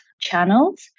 channels